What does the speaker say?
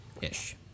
ish